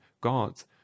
gods